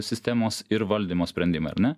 sistemos ir valdymo sprendimai ar ne